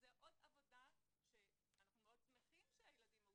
אנחנו מאוד שמחים שהילדים מאותרים,